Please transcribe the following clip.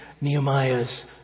Nehemiah's